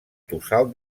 tossal